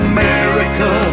America